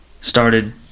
Started